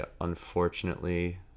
unfortunately